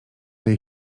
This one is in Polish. tej